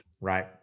right